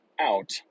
out